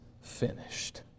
finished